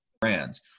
brands